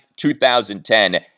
2010